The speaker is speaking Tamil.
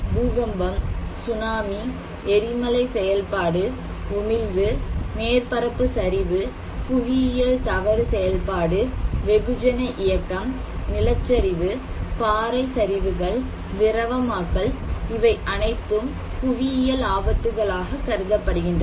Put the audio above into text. பூகம்பம் சுனாமி எரிமலை செயல்பாடு உமிழ்வு மேற்பரப்பு சரிவு புவியியல் தவறு செயல்பாடு வெகுஜன இயக்கம் நிலச்சரிவு பாறை சரிவுகள் திரவமாக்கல் இவை அனைத்தும் புவியியல் ஆபத்துகளாக கருதப்படுகின்றன